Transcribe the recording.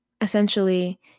Essentially